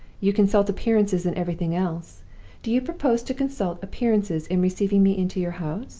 you consult appearances in everything else do you propose to consult appearances in receiving me into your house?